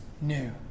new